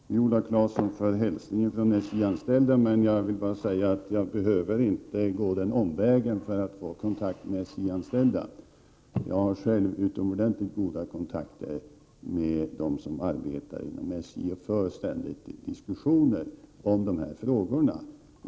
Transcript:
Herr talman! Jag tackar Viola Claesson för hälsningen från de SJ anställda, men jag behöver inte gå den omvägen för att få kontakt med dem. Jag har själv utomordentligt goda kontakter med dem som arbetar inom SJ, och vi för ständigt diskussioner om dessa frågor.